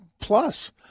plus